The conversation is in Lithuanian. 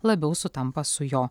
labiau sutampa su jo